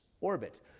orbit